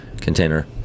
container